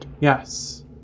Yes